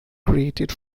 created